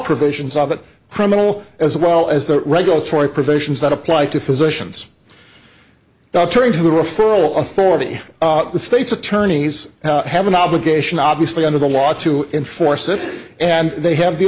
provisions of the criminal as well as the regulatory provisions that apply to physicians now turning to the referral authority the state's attorneys have an obligation obviously under the law to enforce it and they have the